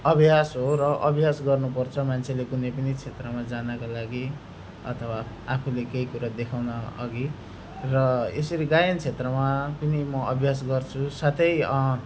अभ्यास हो र अभ्यास गर्नुपर्छ मान्छेले कुनै पनि क्षेत्रमा जानका लागि अथवा आफूले केही कुरा देखाउन अघि र यसरी गायन क्षेत्रमा पनि म अभ्यास गर्छु साथै